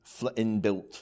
inbuilt